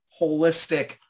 holistic